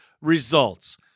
results